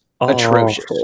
Atrocious